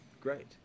Great